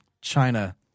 China